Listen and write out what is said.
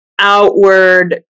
outward